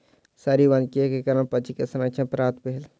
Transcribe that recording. शहरी वानिकी के कारण पक्षी के संरक्षण प्राप्त भेल